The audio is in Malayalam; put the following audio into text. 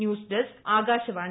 news desk Akashvani